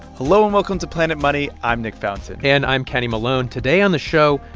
hello, and welcome to planet money. i'm nick fountain and i'm kenny malone. today, on the show,